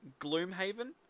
Gloomhaven